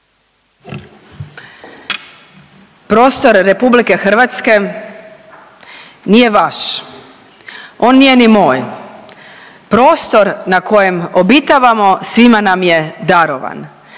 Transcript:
Prostor RH nije vaš. On nije ni moj. Prostor na kojem obitavamo svima nam je darovan